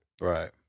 Right